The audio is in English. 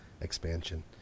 expansion